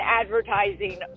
advertising